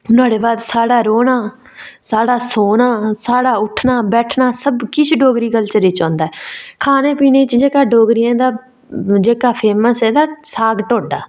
नुआढ़े बाद साढ़ा रौह्ना साढ़ा सौना साढ़ा उट्ठना बैठना सबकिश डोगरी कल्चर च औंदा ऐ खाने पीने च जेह्का डोगरें दा जेह्का फेमस ऐ साग ढोड्ढा